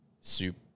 soup